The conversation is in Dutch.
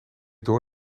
door